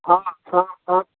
हाँ हाँ हाँ